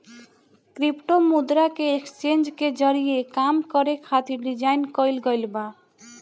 crypto मुद्रा के exchange के जरिए काम करे खातिर डिजाइन कईल गईल बा